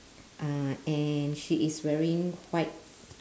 uh and she is wearing white